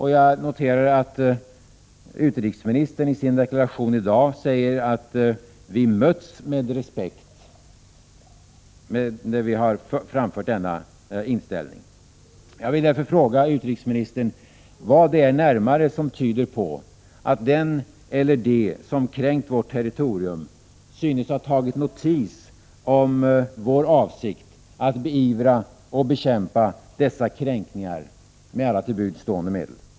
Jag noterar också att utrikesministern i sin deklaration i dag säger att vi mötts med respekt när vi har framfört denna inställning. Jag vill därför fråga utrikesministern: Vad är det som närmare tyder på att den eller de som kränkt vårt territorium synes ha tagit notis om vår avsikt att beivra och bekämpa dessa kränkningar med alla till buds stående medel?